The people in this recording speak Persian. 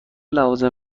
لوازم